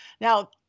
Now